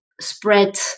spread